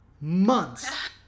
Months